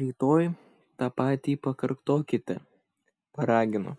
rytoj tą patį pakartokite paragino